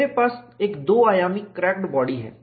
मेरे पास एक दो आयामी क्रैकड बॉडी है